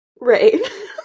right